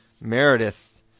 Meredith